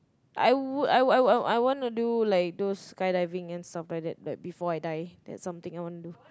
I would I would I would I wanna do like those sky diving and stuff like that like before I die that's something I want to do